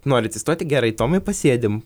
nori atsistoti gerai tomai pasėdim